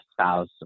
spouse